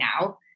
now